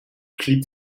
clip